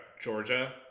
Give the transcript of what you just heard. Georgia